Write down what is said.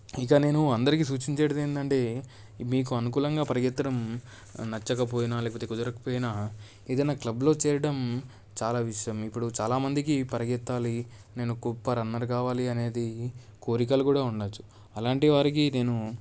ఇక నేను అందరికి సూచించేటిదేంటంటే మీకు అనుకూలంగా పరిగెత్తడం నచ్చకపోయినా లేకపోతే కుదరకపోయినా ఏదైనా క్లబ్లో చేరడం చాలా విషయం ఇప్పుడు చాలామందికి పరిగెత్తాలి నేను గొప్ప రన్నర్ కావాలి అనేది కోరికలు కూడా ఉండవచ్చు అలాంటి వారికి నేను